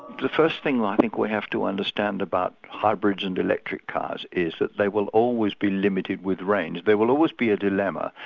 the first thing i think we have to understand about hybrids and electric cars is that they will always be limited with range. there will always be a dilemma,